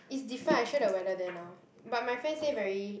is different I show you the weather there now but my friend say very